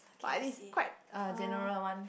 but at least quite uh general one